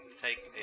take